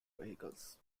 vehicles